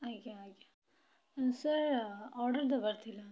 ଆଜ୍ଞା ଆଜ୍ଞା sir order ଦେବାର ଥିଲା